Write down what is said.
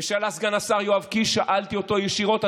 וכשעלה סגן השר יואב קיש שאלתי אותו ישירות,